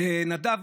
נדב